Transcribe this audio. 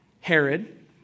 Herod